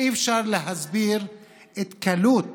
אי-אפשר להסביר את הקלות